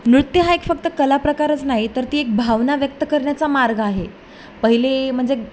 नृत्य हा एक फक्त कला प्रकारच नाही तर ती एक भावना व्यक्त करण्याचा मार्ग आहे पहिले म्हणजे